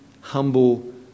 humble